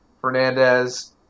Fernandez